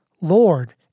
Lord